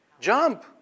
jump